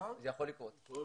זה יכול לקרות.